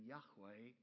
Yahweh